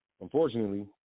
unfortunately